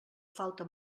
falta